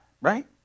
right